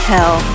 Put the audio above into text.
Hell